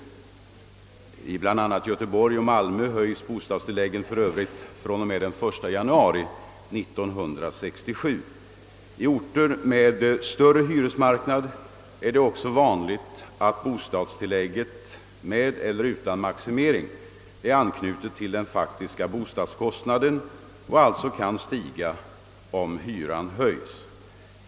I bl.a. Göteborg och Malmö höjs de för övrigt fr.o.m. den 1 januari 1967. I orter med större hyresmarknad är det också vanligt att bostadstilläggen, med eller utan maximering, är baserade på den faktiska bostadskostnaden och alltså kan stiga om hyran höjs.